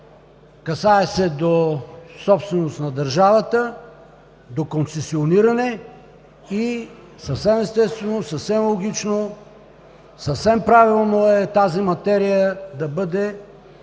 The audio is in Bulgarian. Касае се до собственост на държавата, до концесиониране и съвсем естествено, съвсем логично и съвсем правилно е тази материя да бъде